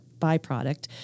byproduct